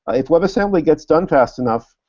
if webassembly gets done fast enough,